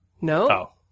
No